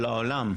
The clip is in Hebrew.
זה לעולם,